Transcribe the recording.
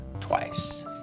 twice